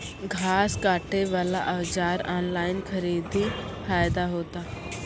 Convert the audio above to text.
घास काटे बला औजार ऑनलाइन खरीदी फायदा होता?